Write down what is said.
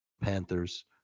panthers